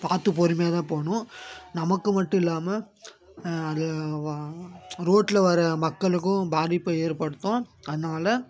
பார்த்து பொறுமையாக தான் போகணும் நமக்கு மட்டும் இல்லாமல் அது வ ரோட்டில் வர மக்களுக்கும் பாதிப்பை ஏற்படுத்தும் அதனால்